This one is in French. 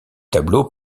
tableaux